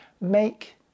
Make